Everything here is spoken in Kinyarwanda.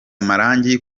amarangi